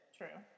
true